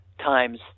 times